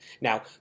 Now